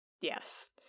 yes